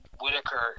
Whitaker